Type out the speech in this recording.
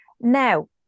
Now